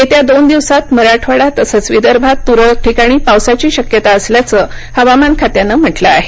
येत्या दोन दिवसात मराठवाडा तसंच विदर्भात तुरळक ठिकाणी पावसाची शक्यता असल्याचं हवामान खात्यानं म्हटलं आहे